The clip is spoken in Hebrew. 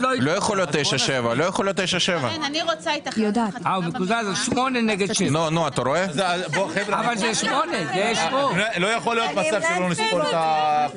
לא יכול להיות 9-7. 8 נגד 7. לא יכול להיות מצב שלא נספור את הקולות.